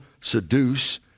seduce